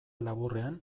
laburrean